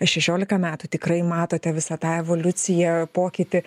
šešiolika metų tikrai matote visą tą evoliuciją pokytį